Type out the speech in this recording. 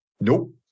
Nope